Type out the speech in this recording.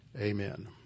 amen